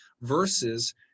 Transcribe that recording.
versus